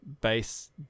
base